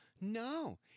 No